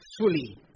fully